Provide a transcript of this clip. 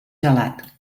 gelat